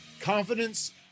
confidence